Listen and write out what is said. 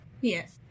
Yes